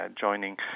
joining